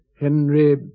Henry